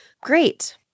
Great